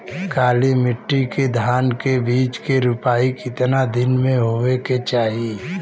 काली मिट्टी के धान के बिज के रूपाई कितना दिन मे होवे के चाही?